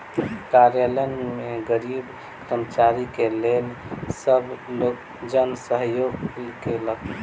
कार्यालय में गरीब कर्मचारी के लेल सब लोकजन सहयोग केलक